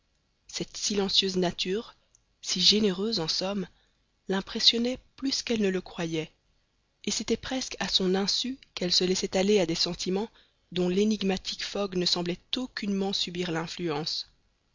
cette silencieuse nature si généreuse en somme l'impressionnait plus qu'elle ne le croyait et c'était presque à son insu qu'elle se laissait aller à des sentiments dont l'énigmatique fogg ne semblait aucunement subir l'influence